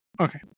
Okay